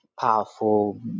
powerful